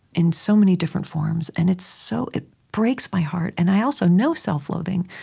in so many different forms, and it's so it breaks my heart. and i also know self-loathing,